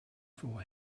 for